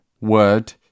word